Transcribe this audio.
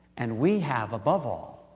and we have above all,